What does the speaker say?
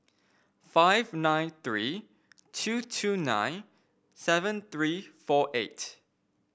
five nine three two two nine seven three four eight